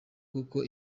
kuko